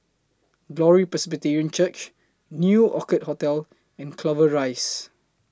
Glory Presbyterian Church New Orchid Hotel and Clover Rise